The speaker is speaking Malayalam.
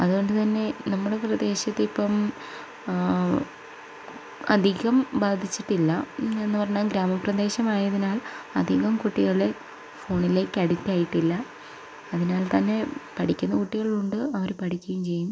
അതുകൊണ്ട് തന്നെ നമ്മുടെ പ്രദേശത്തിപ്പം അധികം ബാധിച്ചിട്ടില്ല എന്ന് പറഞ്ഞാൽ ഗ്രാമപ്രദേശമായതിനാൽ അധികം കുട്ടികളെ ഫോണിലേക്ക് അഡിക്റ്റ ആയിട്ടില്ല അതിനാൽ തന്നെ പഠിക്കുന്ന കുട്ടികളുണ്ട് അവർ പഠിക്കുകയും ചെയ്യും